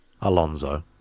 Alonso